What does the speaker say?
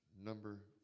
number